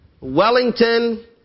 Wellington